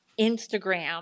Instagram